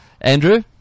Andrew